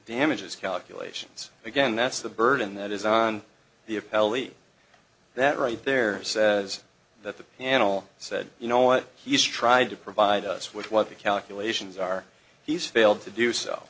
damages calculations again that's the burden that is on the appellee that right there says that the panel said you know what he's tried to provide us with what the calculations are he's failed to do so